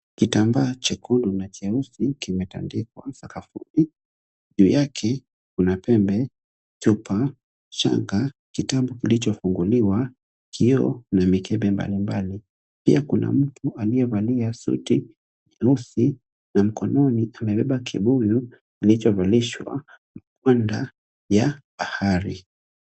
Kitambaa chekundu na cheusi kimetandikwa sakafuni. Juu yake kuna pembe, chupa, shanga, kitabu kilichofunguliwa, kioo na mikembe mbali mbali. Pia kuna mtu aliyevalia suti jeusi na mkononi amebeba kibuyu kilichovalishwa mikanda ya bahari.